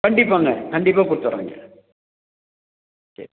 கண்டிப்பாங்க கண்டிப்பாக கொடுத்துர்றேங்க சரி